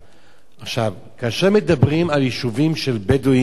כאשר מדברים על יישובים של בדואים וכפרים